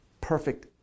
Perfect